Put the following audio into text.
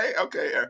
okay